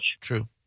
True